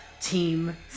team